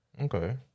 okay